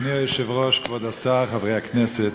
אדוני היושב-ראש, כבוד השר, חברי הכנסת,